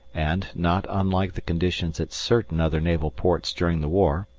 and, not unlike the conditions at certain other naval ports during the war,